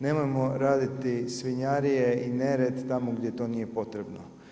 Nemojmo raditi svinjarije i nered tamo gdje to nije potrebno.